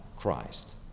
Christ